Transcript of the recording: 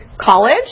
college